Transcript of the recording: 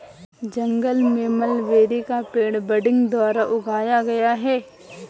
जंगल में मलबेरी का पेड़ बडिंग द्वारा उगाया गया है